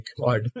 God